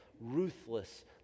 ruthless